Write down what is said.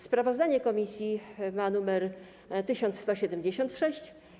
Sprawozdanie komisji ma nr 1176.